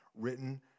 written